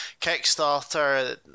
Kickstarter